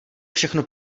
všechno